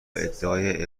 ادعای